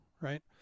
right